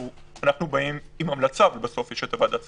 אנחנו באים עם המלצה, ובסוף יש את ועדת השרים.